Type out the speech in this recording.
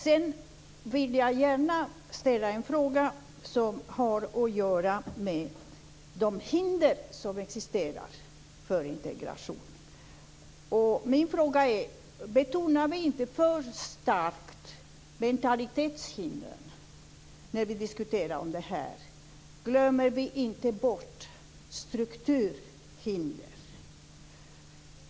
Jag vill gärna ställa en fråga som har att göra med de hinder som existerar för integration. Min fråga är: Betonar vi inte för starkt mentalitetshindren när vi diskuterar detta? Glömmer vi inte bort strukturhindren?